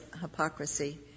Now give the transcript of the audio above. hypocrisy